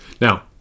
Now